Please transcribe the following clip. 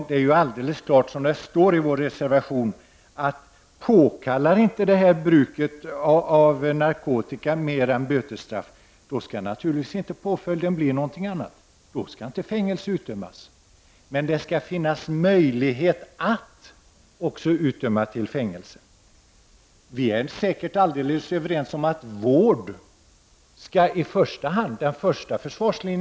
Det står mycket klart i vår reservation: ”Om det står klart att eget bruk av narkotika inte påkallar mer än ett bötesstraff skall någon annan påföljd naturligtvis inte heller utdömas.” Då skall alltså inte fängelse utdömas. Men det skall finnas möjligheter att också döma till fängelse. Vi är säkert helt överens om att vården i första hand skall vara frivillig.